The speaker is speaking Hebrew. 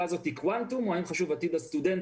הזאת קוונטום או האם יותר חשוב עתיד הסטודנטים.